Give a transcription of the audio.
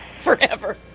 Forever